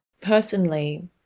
Personally